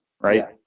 right